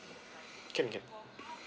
can can